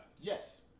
Yes